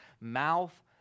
mouth